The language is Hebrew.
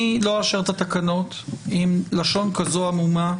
אני לא אאשר את התקנות עם לשון כזו עמומה,